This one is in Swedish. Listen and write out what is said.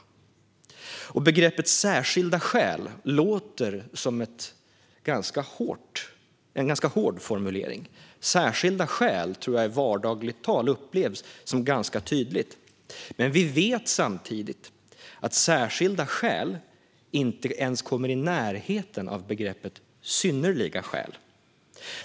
Begreppet särskilda skäl låter som en ganska hård formulering. Särskilda skäl tror jag i vardagligt tal upplevs som ganska tydligt. Men vi vet samtidigt att särskilda skäl inte ens kommer i närheten av begreppet synnerliga skäl.